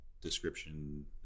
description